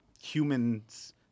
humans